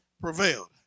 prevailed